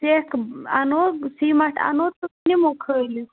سٮ۪کھ اَنو سیٖمَٹھ اَنو تہٕ نِمو کھٲلِتھ